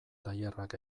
tailerrak